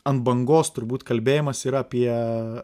ant bangos turbūt kalbėjimas yra apie